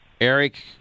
Eric